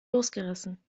losgerissen